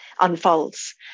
unfolds